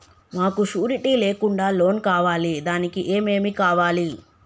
మాకు షూరిటీ లేకుండా లోన్ కావాలి దానికి ఏమేమి కావాలి?